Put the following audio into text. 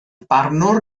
barnwr